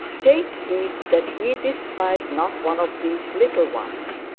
take heed that ye despise not one of these little ones.